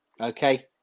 okay